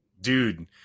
Dude